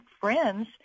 friends